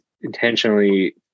intentionally